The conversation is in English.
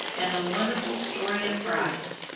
and the wonderful story of christ,